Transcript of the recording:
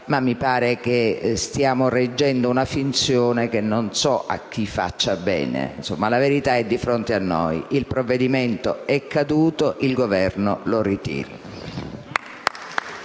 ma mi sembra che stiamo reggendo una finzione che non so a chi faccia bene. La verità è di fronte a noi: il provvedimento è caduto. Il Governo lo ritiri.